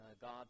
God